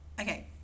Okay